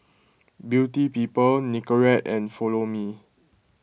Beauty People Nicorette and Follow Me